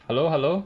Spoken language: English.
hello hello